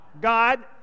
God